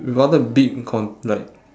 we want the big con~ like